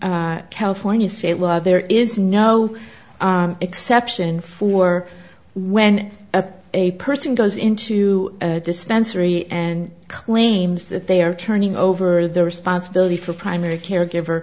in california state law there is no exception for when a a person goes into a dispensary and claims that they are turning over the responsibility for primary care giver